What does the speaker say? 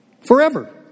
Forever